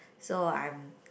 so I'm